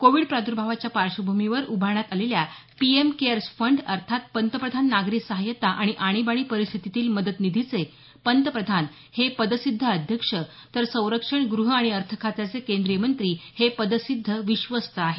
Covid प्रादुर्भावाच्या पार्श्वभूमीवर उभारण्यात आलेल्या पीएम केअर्स फंड अर्थात पंतप्रधान नागरी सहायता आणि आणिबाणी परिस्थितीतील मदत निधीचे पंतप्रधान हे पदसिद्ध अध्यक्ष तर संरक्षण गृह आणि अर्थ खात्याचे केंद्रीय मंत्री हे पदसिद्ध विश्वस्त आहेत